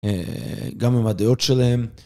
גם עם הדעות שלהם.